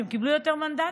שהם קיבלו יותר מנדטים?